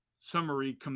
Summary